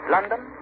London